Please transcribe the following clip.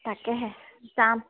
তাকেহে যাম